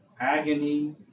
agony